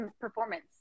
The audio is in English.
performance